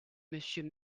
monsieur